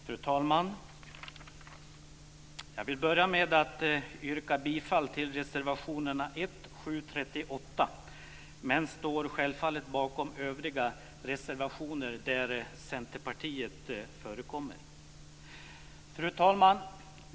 Fru talman! Jag vill börja med att yrka bifall till reservationerna 1, 7 och 38 men självfallet står jag bakom övriga reservationer där Centerpartiet förekommer.